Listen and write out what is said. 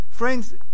friends